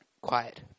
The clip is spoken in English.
Quiet